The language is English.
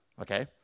Okay